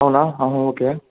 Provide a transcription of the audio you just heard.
అవునా ఓకే